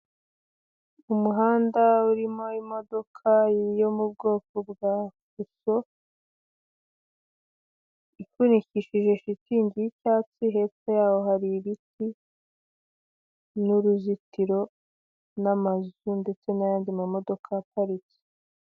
Umuhanda urimo imodoka yo mu bwoko bwa fuso, ifunikishije shitingi y'icyatsi, hepfo yaho hari ibiti n'uruzitiro n'amazu ndetse n'ayandi mamodoka aparitse.